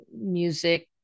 music